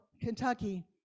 kentucky